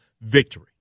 victory